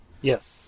Yes